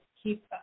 keep